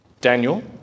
Daniel